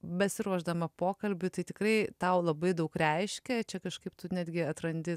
besiruošdama pokalbiui tai tikrai tau labai daug reiškia čia kažkaip tu netgi atrandi